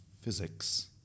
physics